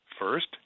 First